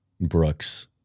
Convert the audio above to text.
brooks